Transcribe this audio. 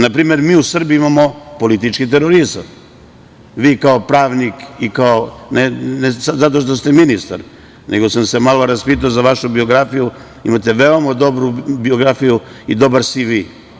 Na primer, mi u Srbiji imamo politički terorizam, vi kao pravnik i kao, ne zato što ste ministar, nego sam se malo raspitao za vašu biografiju, imate veoma dobru biografiju i dobar CV.